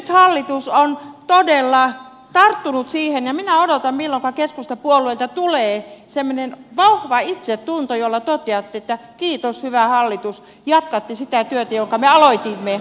nyt hallitus on todella tarttunut siihen ja minä odotan milloinka keskustapuolueelta tulee semmoinen vahva itsetunto jolla toteatte että kiitos hyvä hallitus jatkatte sitä työtä jonka me aloitimme